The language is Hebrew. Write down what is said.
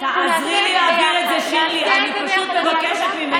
אני פשוט מבקשת ממך,